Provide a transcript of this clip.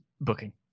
booking